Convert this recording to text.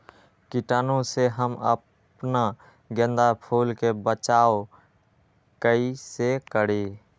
कीटाणु से हम अपना गेंदा फूल के बचाओ कई से करी?